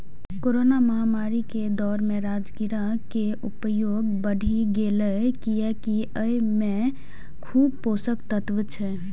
corona महामारी के दौर मे राजगिरा के उपयोग बढ़ि गैले, कियैकि अय मे खूब पोषक तत्व छै